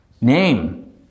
Name